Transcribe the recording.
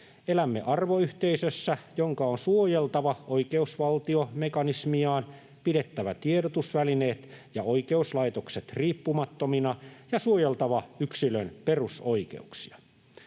Elämme arvoyhteisössä, jonka on suojeltava oikeusvaltiomekanismiaan, pidettävä tiedotusvälineet ja oikeuslaitokset riippumattomina ja suojeltava yksilön perusoikeuksia.